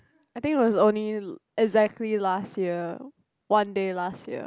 I think it was only exactly last year one day last year